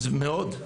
מאוד,